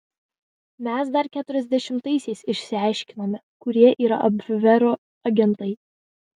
mes dar keturiasdešimtaisiais išsiaiškinome kurie yra abvero agentai